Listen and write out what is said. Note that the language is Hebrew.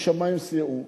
משמים סייעו,